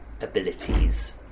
abilities